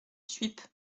suippes